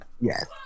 Yes